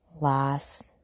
last